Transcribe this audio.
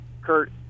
Kurt